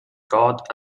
god